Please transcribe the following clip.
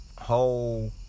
whole